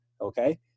okay